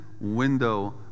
window